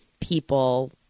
people